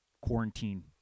quarantine